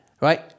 right